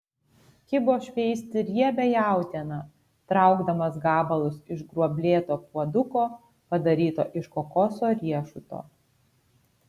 kibo šveisti riebią jautieną traukdamas gabalus iš gruoblėto puoduko padaryto iš kokoso riešuto